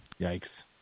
Yikes